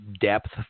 depth